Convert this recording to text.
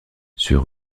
sur